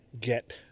get